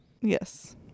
Yes